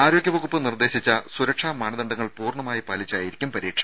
ആരോഗ്യവകുപ്പ് നിർദ്ദേശിച്ച സുരക്ഷാ മാനദണ്ഡങ്ങൾ പൂർണ്ണമായും പാലിച്ചായിരിക്കും പരീക്ഷ